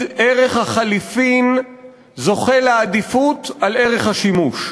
ערך החליפין זוכה לעדיפות על ערך השימוש.